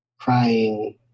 crying